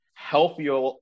healthier